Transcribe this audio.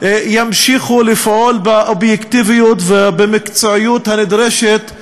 ימשיכו לפעול באובייקטיביות ובמקצועיות הנדרשות,